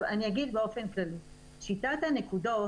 שיטת הנקודות